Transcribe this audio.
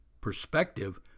Perspective